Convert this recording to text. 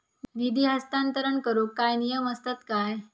निधी हस्तांतरण करूक काय नियम असतत काय?